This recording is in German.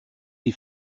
die